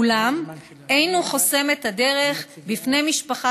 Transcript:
אולם אין הוא חוסם את הדרך בפני משפחה